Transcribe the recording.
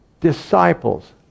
disciples